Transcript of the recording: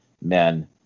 men